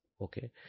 Okay